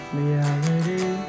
reality